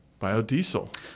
Biodiesel